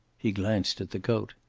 he glanced at the coat.